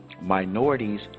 Minorities